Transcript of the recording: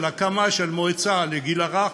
הקמת מועצה לגיל הרך,